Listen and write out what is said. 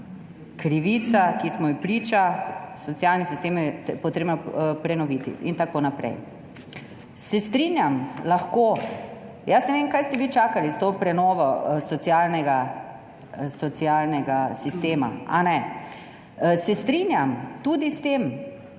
krivica, ki smo ji priča, socialni sistem je potrebno prenoviti. In tako naprej. Lahko se strinjam. Jaz ne vem, kaj ste vi čakali s to prenovo socialnega sistema. Strinjam se tudi s tem,